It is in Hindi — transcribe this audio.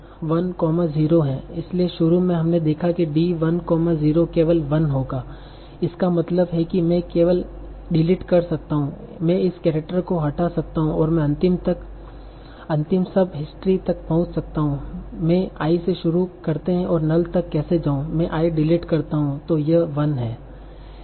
इसलिए शुरू में हमने देखा कि D 1 0 केवल 1 होगा इसका मतलब है कि मैं केवल डिलीट कर सकता हूं मैं इस केरेक्टर को हटा सकता हूं और मैं अंतिम सब हिस्ट्री पर पहुंच सकता हूं मैं i से शुरू करते है और null तक केसे जाऊं में i डिलीट करता हूं तो यह 1 है